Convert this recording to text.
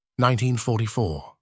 1944